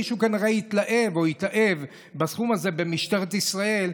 מישהו כנראה התלהב או התאהב בסכום הזה במשטרת ישראל.